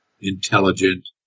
intelligent